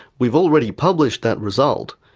we've already published that result,